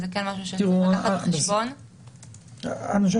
אם היינו